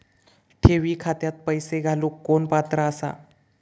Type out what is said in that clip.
ठेवी खात्यात पैसे घालूक कोण पात्र आसा?